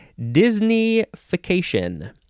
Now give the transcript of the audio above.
Disneyfication